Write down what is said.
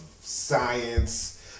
science